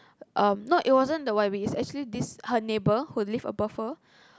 um not it wasn't the wild beast actually it was this her neighbour who live above her